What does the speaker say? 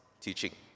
teaching